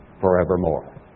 forevermore